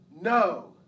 no